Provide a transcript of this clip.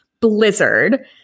blizzard